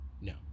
No